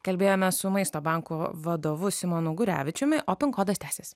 kalbėjomės su maisto banko vadovu simonu gurevičiumi o pin kodas tęsiasi